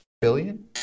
Billion